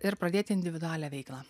ir pradėti individualią veiklą